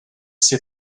see